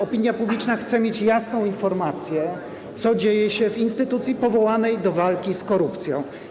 Opinia publiczna chce mieć jasną informację, co dzieje się w instytucji powołanej do walki z korupcją.